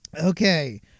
Okay